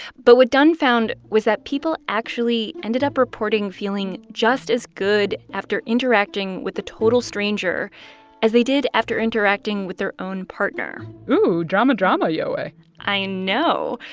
but what dunn found was that people actually ended up reporting feeling just as good after interacting with a total stranger as they did after interacting with their own partner ooh drama, drama, yowei i know.